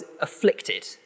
afflicted